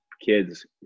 kids